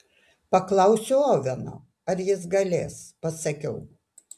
paklausiu oveno ar jis galės pasakiau